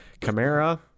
camara